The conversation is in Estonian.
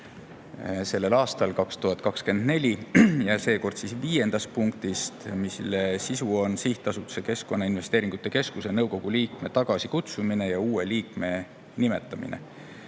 sellel aastal, 2024, ja seekord viiendast punktist, mille sisu oli Sihtasutuse Keskkonnainvesteeringute Keskuse nõukogu liikme tagasikutsumine ja uue liikme nimetamine.